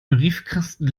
briefkasten